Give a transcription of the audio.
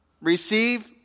receive